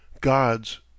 God's